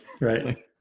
right